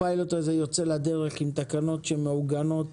הפיילוט הזה יוצא לדרך עם תקנות שמעוגנות